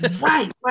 right